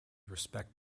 respect